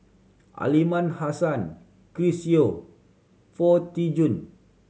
Aliman Hassan Chris Yeo Foo Tee Jun